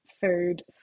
food